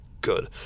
Good